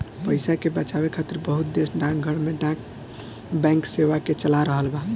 पइसा के बचावे खातिर बहुत देश डाकघर में डाक बैंक सेवा के चला रहल बा